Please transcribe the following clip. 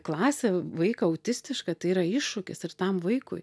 klasę vaiką autistišką tai yra iššūkis ir tam vaikui